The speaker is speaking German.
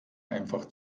einfach